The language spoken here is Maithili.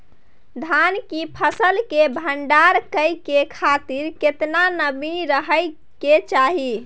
धान की फसल के भंडार करै के खातिर केतना नमी रहै के चाही?